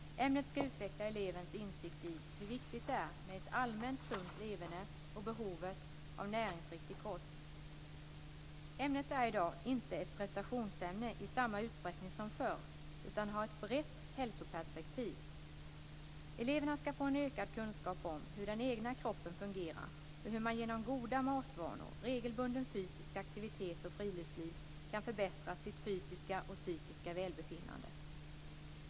Ämnet ska utveckla elevens insikt i hur viktigt det är med ett allmänt sunt leverne och behovet av näringsriktig kost. Ämnet är i dag inte ett prestationsämne i samma utsträckning som förr utan har ett brett hälsoperspektiv. Eleverna ska få en ökad kunskap om hur den egna kroppen fungerar och hur man genom goda matvanor, regelbunden fysisk aktivitet och friluftsliv kan förbättra sitt fysiska och psykiska välbefinnande.